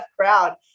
crowd